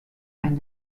ein